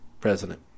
President